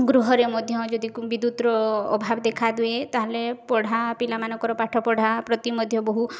ଗୃହରେ ମଧ୍ୟ ଯଦି ବିଦ୍ୟୁତ୍ର ଅଭାବ ଦେଖାଦିଏ ତା'ହେଲେ ପଢ଼ା ପିଲାମାନଙ୍କର ପାଠପଢ଼ା ପ୍ରତି ମଧ୍ୟ ବହୁ